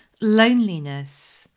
loneliness